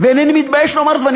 ואינני מתבייש לומר זאת.